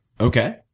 Okay